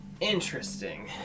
Interesting